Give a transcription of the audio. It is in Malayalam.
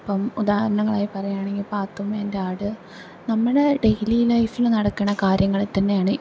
ഇപ്പം ഉദാഹരണങ്ങളായി പറയുകയാണെങ്കിൽ പത്തുമ്മേൻറ്റെ ആട് നമ്മുടെ ഡെയിലി ലൈഫില് നടക്കുന്ന കാര്യങ്ങള് തന്നെയാണ്